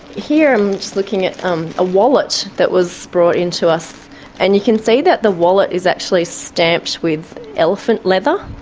here i'm just looking at um a wallet that was brought into us and you can see that the wallet is actually stamped with elephant leather,